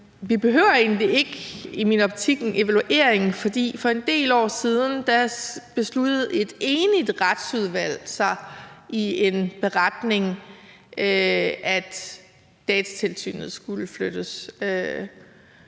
Vi behøver egentlig ikke i min optik en evaluering, for for en del år siden besluttede et enigt Retsudvalg i en beretning, at Datatilsynet skulle flyttes,